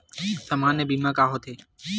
सामान्य बीमा का होथे?